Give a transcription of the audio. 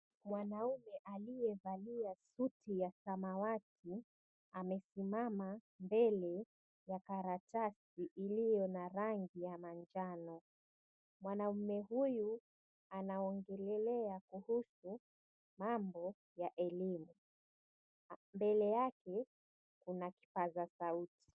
Mwanaume aliye valia suti ya samawati, amesimama mbele ya karatasi iliyo na rangi ya manjano. Mwanaume huyu anaongelelea kuhusu mambo ya elimu. Mbele yake kuna kipaza sauti.